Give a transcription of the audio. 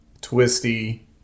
twisty